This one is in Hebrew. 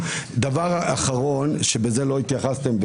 דבר אחרון, שלזה לא התייחסתם.